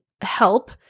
help